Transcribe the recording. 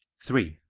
three.